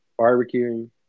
barbecuing